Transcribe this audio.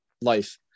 life